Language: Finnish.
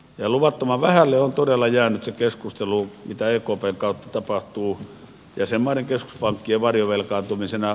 luvattoman vähälle on todella jäänyt se keskustelu mitä ekpn kautta tapahtuu jäsenmaiden keskuspankkien varjovelkaantumisena